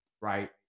Right